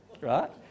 right